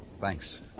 Thanks